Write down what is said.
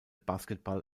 basketball